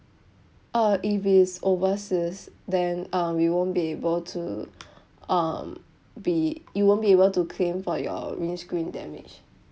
uh if it is overseas then uh we won't be able to um be you won't be able to claim for your windscreen damage